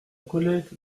collègue